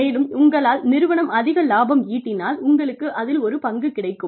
மேலும் உங்களால் நிறுவனம் அதிக லாபம் ஈட்டினால் உங்களுக்கு அதில் ஒரு பங்கு கிடைக்கும்